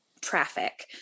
traffic